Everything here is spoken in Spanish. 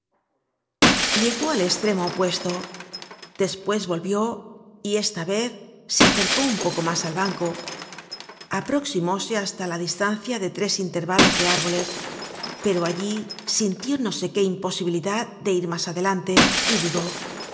llegó al estremo opuesto despues volvió y esta vez se acercó un poco mas al banco aproximóse hasta la distancia de tres intervalos de árboles pero allí sintió no sé qué imposibilidad de ir mas adelante y dudó